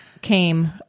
came